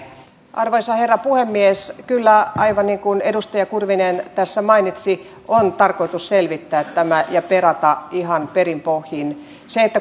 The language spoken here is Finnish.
arvoisa herra puhemies kyllä aivan niin kuin edustaja kurvinen tässä mainitsi on tarkoitus selvittää tämä ja perata ihan perin pohjin